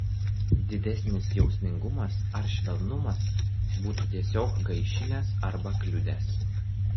didesnis jausmingumas ar švelnumas būtų tiesiog gaišinęs arba kliudęs